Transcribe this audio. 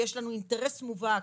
ויש לנו אינטרס מובהק,